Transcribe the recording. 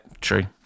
true